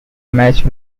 match